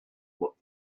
what